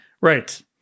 Right